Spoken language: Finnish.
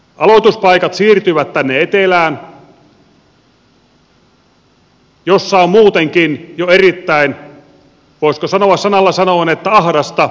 aloituspaikat siirtyvät tänne etelään missä on muutenkin jo erittäin voisiko sanoa sanalla sanoen ahdasta